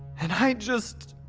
and i just.